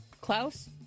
Klaus